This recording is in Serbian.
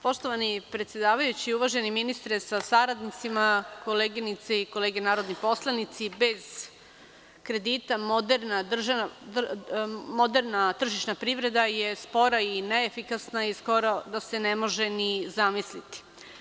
Poštovani predsedavajući, uvaženi ministre sa saradnicima, koleginice i kolege narodni poslanici, bez kredita moderna tržišna privreda je spora i neefikasna i skoro da se ne može ni zamisliti.